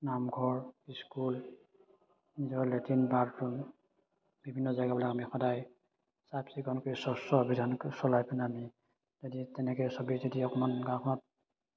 নামঘৰ school নিজৰ latrine bathroom বিভিন্ন জেগাবিলাক আমি সদায় চাফ চিকুণ কৰি স্বচ্ছ অভিযান চলাই পিনে আমি যদি তেনেকৈ চবেই যদি অকণমান গাঁওখনত